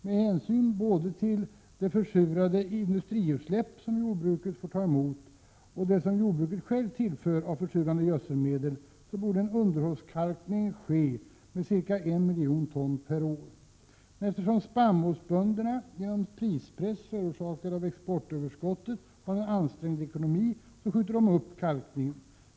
Med hänsyn både till det försurande industriutsläpp som jordbruket får ta emot och det som jordbruket självt tillför av försurande gödselmedel, borde en underhållskalkning ske med ca 1 miljon ton per år. Men eftersom spannmålsbönderna genom prispress förorsakad av exportöverskottet har en ansträngd ekonomi, skjuter de upp kalkningen.